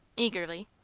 eagerly.